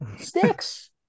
Sticks